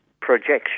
projection